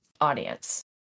audience